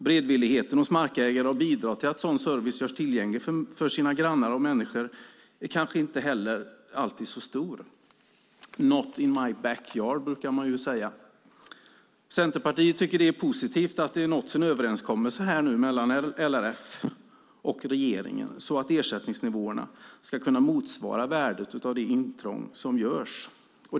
Beredvilligheten hos markägare att bidra till att sådan service görs tillgänglig för grannar och andra människor är kanske inte heller alltid så stor. "Not in my backyard", brukar man säga. Centerpartiet tycker att det är positivt att det nåtts en överenskommelse mellan LRF och regeringen, så att ersättningsnivåerna ska kunna motsvara värdet av det intrång som görs.